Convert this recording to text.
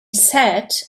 sat